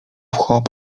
hop